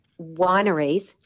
wineries